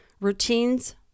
routines